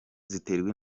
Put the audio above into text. ziterwa